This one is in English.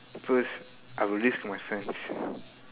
first I will leave my friends